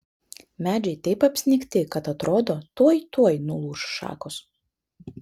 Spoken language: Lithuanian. medžiai taip apsnigti kad atrodo tuoj tuoj nulūš šakos